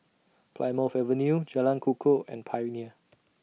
Plymouth Avenue Jalan Kukoh and Pioneer